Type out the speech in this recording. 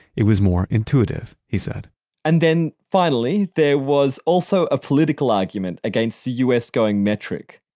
it was more intuitive, he said and then finally, there was also a political argument against the u s. going metric.